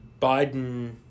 Biden